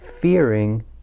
fearing